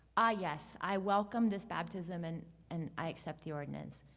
ah, yes, i welcome this baptism, and and i accept the ordinance.